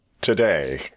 today